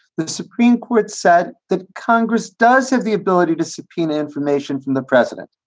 the supreme court said the congress does have the ability to subpoena information from the president.